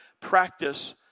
practice